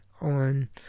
on